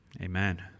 Amen